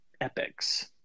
epics